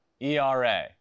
ERA